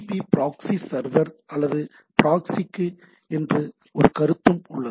B proxy server அல்லது proxy என்ற ஒரு கருத்தும் உள்ளது